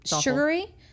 sugary